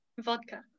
Vodka